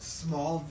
small